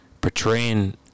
Portraying